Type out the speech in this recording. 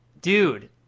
Dude